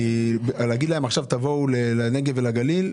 כי להגיד להם עכשיו תבואו לנגב ולגליל,